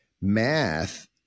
Math